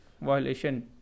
violation